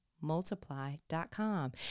multiply.com